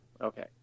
okay